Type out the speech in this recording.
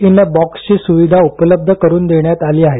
in अ बॉक्सची स्विधा उपलब्ध करून देण्यात आली आहे